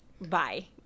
bye